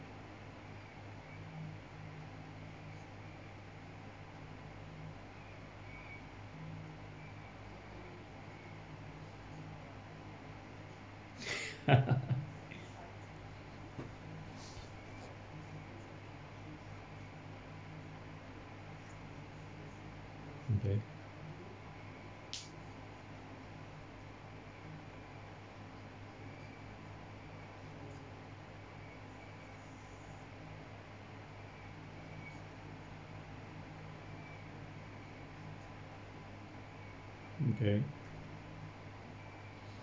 okay okay